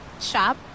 Shop